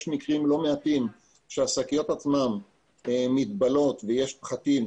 יש מקרים לא מעטים שהשקיות עצמן מתבלות ויש פחתים,